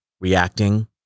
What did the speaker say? reacting